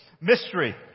Mystery